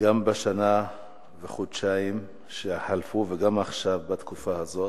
גם בשנה וחודשיים שחלפו וגם עכשיו, בתקופה הזאת,